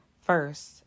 first